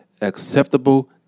acceptable